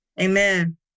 Amen